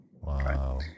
Wow